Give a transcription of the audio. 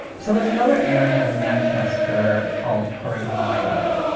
so there's another area in manchester called curry mile.